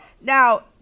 Now